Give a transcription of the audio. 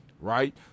right